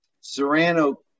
Serrano